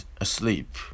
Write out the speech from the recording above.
asleep